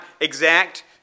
exact